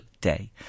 day